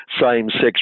same-sex